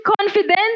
confidence